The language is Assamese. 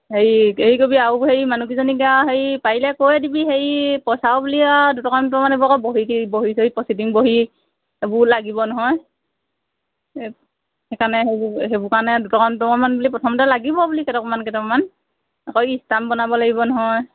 হেৰি কৰিবি আৰু হেৰি মানুহকেইজনীকে আৰু হেৰি পাৰিলে কৈ দিবি হেৰি পইচাও বুলি আৰু দুটকা দুটকা বহী চহীত প্ৰচিডিং বহি এইবোৰ লাগিব নহয় সেইকাৰণে হেৰি সেইবোৰ কাৰণে দুটকামান দুটকামান প্ৰথমতে লাগিব বুলি কেইটকামান কেইটকামান আকৌ ষ্টাম্প বনাব লাগিব নহয়